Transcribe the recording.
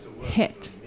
hit